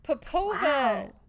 Popova